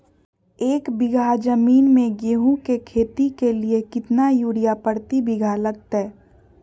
एक बिघा जमीन में गेहूं के खेती के लिए कितना यूरिया प्रति बीघा लगतय?